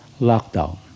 lockdown